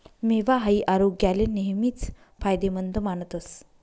मेवा हाई आरोग्याले नेहमीच फायदेमंद मानतस